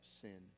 sin